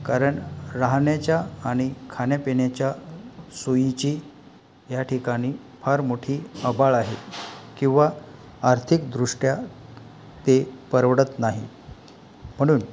कारण राहण्याच्या आणि खाण्यापिण्याच्या सोयीची ह्या ठिकाणी फार मोठी अबाळ आहे किंवा आर्थिकदृष्ट्या ते परवडत नाही म्हणून